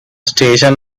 station